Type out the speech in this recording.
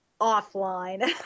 offline